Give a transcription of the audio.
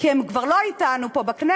כי הם כבר לא אתנו פה בכנסת,